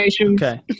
Okay